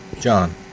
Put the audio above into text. John